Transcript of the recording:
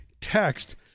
text